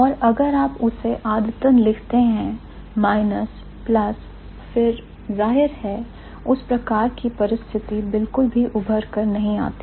और अगर आप उसे आदतन लिखते हैं माइनस प्लस फिर जाहिर है उस प्रकार की परिस्थिति बिल्कुल भी उभर कर नहीं आती